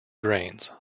grains